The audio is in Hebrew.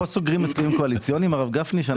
פה סוגרים הסכמים קואליציוניים, הרב גפני?